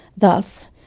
thus,